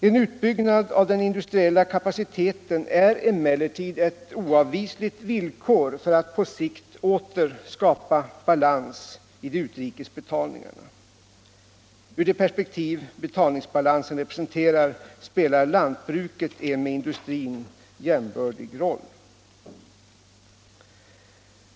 En utbyggnad av den industriella kapaciteten är emellertid ett oavvisligt villkor för att på sikt åter skapa balans i de utrikes betalningarna. Ur de perspektiv betalningsbalansen representerar spelar lantbruket en med industrin jämbördig roll.